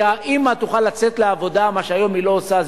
כי האמא תוכל לצאת לעבודה, מה שהיום היא לא עושה.